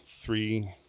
three